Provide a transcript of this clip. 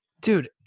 dude